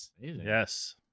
Yes